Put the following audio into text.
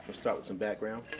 start with some background.